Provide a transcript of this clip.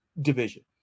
division